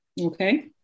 okay